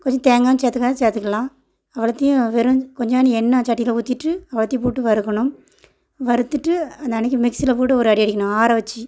கொஞ்சம் தேங்காவும் சேர்த்துக்கறதுனா சேர்த்துக்கலாம் அவ்வலத்தையும் வெறும் கொஞ்சண்டு எண்ணெய் சட்டியில் ஊற்றிட்டு எல்லாத்தையும் போட்டு வறுக்கணும் வறுத்துவிட்டு அந்தன்னைக்கு மிக்சியில போட்டு ஒரு அடி அடிக்கணும் ஆற வச்சு